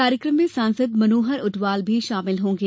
कार्यक्रम में सांसद मनोहर ऊंटवाल भी शामिल होंगे